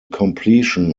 completion